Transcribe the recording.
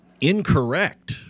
incorrect